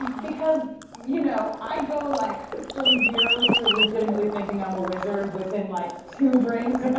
because, you know, i go, like, from zero to legitimately thinking i'm a wizard within like two drinks.